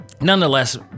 nonetheless